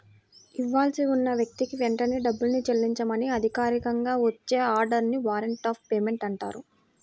ఇవ్వాల్సి ఉన్న వ్యక్తికి వెంటనే డబ్బుని చెల్లించమని అధికారికంగా వచ్చే ఆర్డర్ ని వారెంట్ ఆఫ్ పేమెంట్ అంటారు